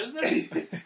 business